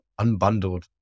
unbundled